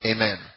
Amen